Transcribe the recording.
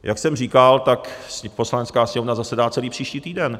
Jak jsem říkal, tak Poslanecká sněmovna zasedá celý příští týden.